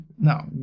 No